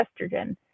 estrogen